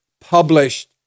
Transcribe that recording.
published